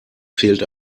fehlt